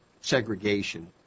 segregation